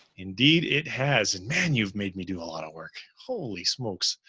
indeed it has and man, you've made me do a lot of work. holy smokes.